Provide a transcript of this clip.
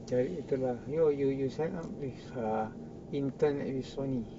cari apa tu lah you you you sign up with uh intern at Sony